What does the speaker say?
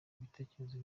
ibitekerezo